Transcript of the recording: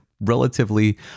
relatively